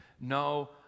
No